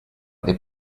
their